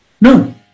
no